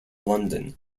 london